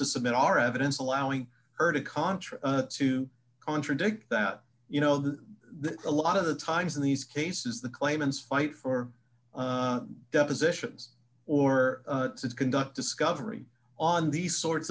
to submit our evidence allowing her to contra to contradict that you know the a lot of the times in these cases the claimants fight for depositions or conduct discovery on these sorts